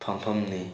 ꯐꯝꯐꯝꯅꯤ